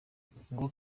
nguwo